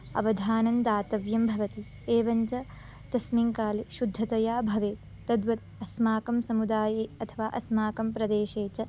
अवधानं दातव्यं भवति एवं च तस्मिन् काले शुद्धतया भवेत् तद्वद् अस्माकं समुदाये अथवा अस्माकं प्रदेशे च